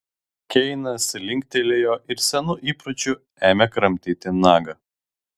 keinas linktelėjo ir senu įpročiu ėmė kramtyti nagą